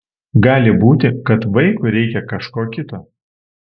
gali būti kad vaikui reikia kažko kito